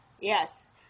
Yes